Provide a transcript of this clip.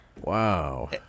Wow